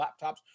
laptops